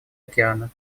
океана